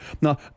Now